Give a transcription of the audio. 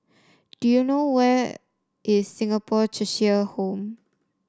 do you know where is Singapore Cheshire Home